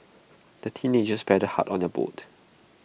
the teenagers paddled hard on their boat